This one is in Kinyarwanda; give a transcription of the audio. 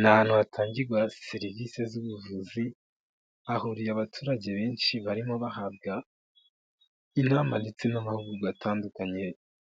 Ni ahantu hatangirwa serivisi z'ubuvuzi, hahuriye abaturage benshi barimo bahabwa inama ndetse n'amahugurwa atandukanye,